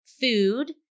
food